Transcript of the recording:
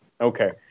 Okay